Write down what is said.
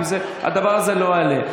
אם הדבר הזה לא יעלה.